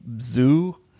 zoo